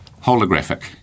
holographic